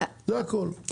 זה הכול.